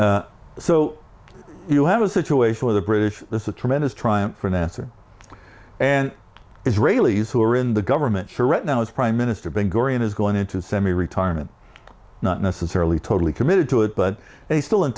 so you have a situation where the british this is a tremendous triumph for an answer and israelis who are in the government sure right now is prime minister being gorean is going into semi retirement not necessarily totally committed to it but he's still in